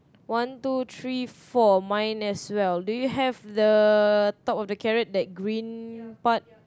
one two three four mine as well do you have the top of the carrot that green part